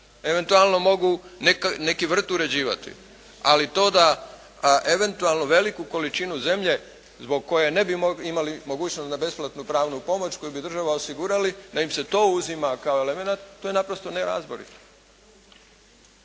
Eventualno mogu neki vrt uređivati. Ali to da eventualno veliku količinu zemlje zbog koje ne bi imali mogućnost na besplatnu pravnu pomoć koju bi država osigurali da im se to uzima kao elemenat to je naprosto nerazborito.